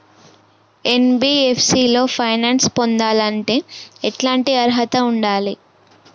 NBFC లో finance పొందాలంటే ఎట్లాంటి అర్హత ఉండాలే?